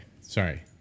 Sorry